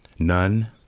none.